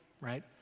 right